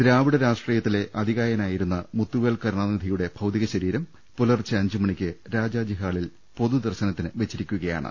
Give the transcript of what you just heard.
ദ്രാവിഡ രാഷ്ട്രീയത്തിലെ അതികായനായിരുന്ന മുത്തു വേൽ കരുണാനിധിയുടെ ഭൌതികശരീരം പുലർച്ചെ അഞ്ചുമണിക്ക് രാജാജി ഹാളിൽ പൊതുദർശനത്തിന് വെച്ചിരിക്കുകയാണ്